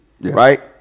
right